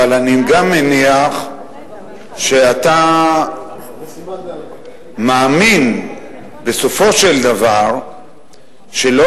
אבל אני גם מניח שאתה מאמין בסופו של דבר שלא